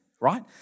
right